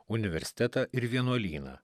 universitetą ir vienuolyną